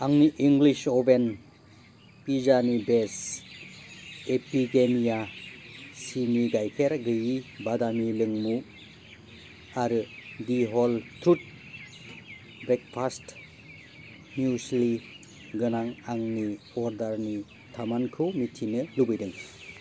आंनि English oven पिज्जानि base Epigamia सिनि गाइखेर गैयि बादामि लोंमु आरो the whole truth breakfast muesli गोनां आंनि अर्डारनि थामानखौ मिथिनो लुबैदों